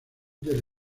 del